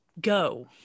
go